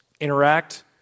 Interact